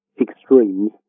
extremes